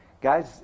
guys